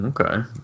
Okay